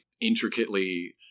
intricately